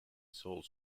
sole